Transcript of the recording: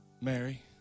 Mary